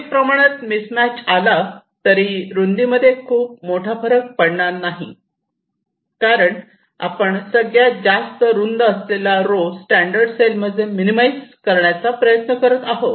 काही प्रमाणात mismatch आला तरी रुंदी मध्ये खूप मोठा फरक पडणार नाही कारण आपण सगळ्यात जास्त रुंद असलेला रो स्टॅंडर्ड सेलमध्ये मिनिमाईज करण्याचा प्रयत्न करत आहोत